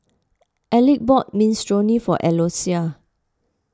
Elick bought Minestrone for Eloisa